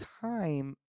time